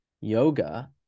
yoga